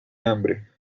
hambre